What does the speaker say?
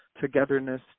togetherness